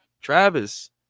travis